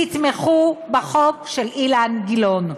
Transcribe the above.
תתמכו בחוק של אילן גילאון.